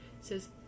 says